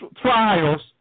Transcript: trials